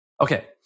Okay